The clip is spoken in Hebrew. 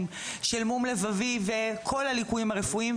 של מום לבבי וכל הליקויים הרפואיים,